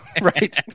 right